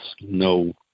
no